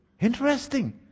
Interesting